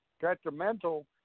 detrimental